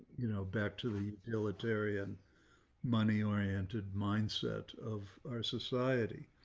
you know, back to the military and money oriented mindset of our society.